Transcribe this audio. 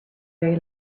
very